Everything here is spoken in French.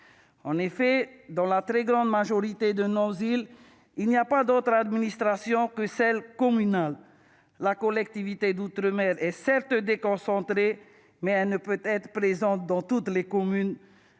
En effet, dans la très grande majorité de nos îles, il n'y a pas d'autre administration que l'administration communale. La collectivité d'outre-mer est certes déconcentrée, mais elle ne peut être présente dans toutes les communes.